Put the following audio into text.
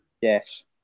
Yes